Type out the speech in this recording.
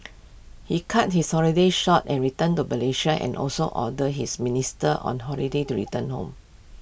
he cut his holiday short and returned to Malaysia and also ordered his ministers on holiday to return home